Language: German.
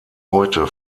heute